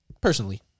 personally